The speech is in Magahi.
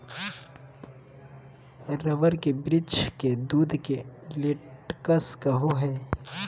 रबर के वृक्ष के दूध के लेटेक्स कहो हइ